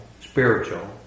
spiritual